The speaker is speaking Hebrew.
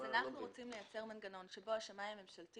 אנחנו רוצים לייצר מנגנון שבו השמאי הממשלתי